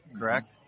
correct